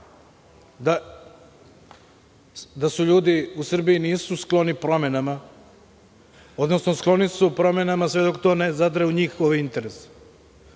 da ljudi u Srbiji nisu skloni promenama, odnosno skloni su promenama sve dok to ne zadire u njihove interese. Ali,